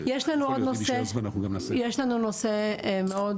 יש לנו נושא מאוד